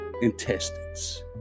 intestines